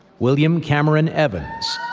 william cameron evans,